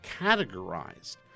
categorized